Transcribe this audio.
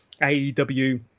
AEW